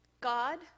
God